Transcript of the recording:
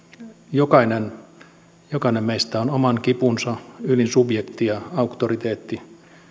jokainen jokainen meistä on oman kipunsa ylin subjekti ja auktoriteetti